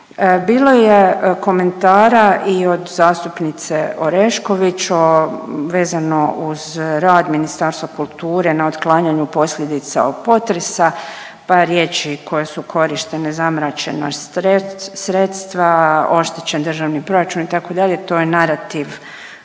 Bilo je komentara i od zastupnice Orešković o vezano uz rad Ministarstva kulture na otklanjanju posljedica od potresa pa riječi koje su korištene zamračena sredstva, oštećen državni proračun itd. to je narativ